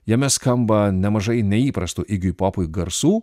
jame skamba nemažai neįprastų igiui popui garsų